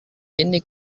ini